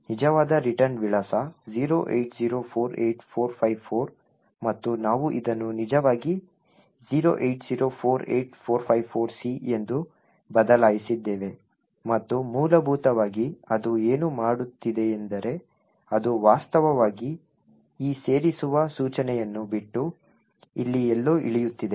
ನಿಜವಾದ ರಿಟರ್ನ್ ವಿಳಾಸ 08048454 ಮತ್ತು ನಾವು ಇದನ್ನು ನಿಜವಾಗಿ 08048454C ಎಂದು ಬದಲಾಯಿಸಿದ್ದೇವೆ ಮತ್ತು ಮೂಲಭೂತವಾಗಿ ಅದು ಏನು ಮಾಡುತ್ತಿದೆಯೆಂದರೆ ಅದು ವಾಸ್ತವವಾಗಿ ಈ ಸೇರಿಸುವ ಸೂಚನೆಯನ್ನು ಬಿಟ್ಟು ಇಲ್ಲಿ ಎಲ್ಲೋ ಇಳಿಯುತ್ತಿದೆ